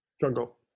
Jungle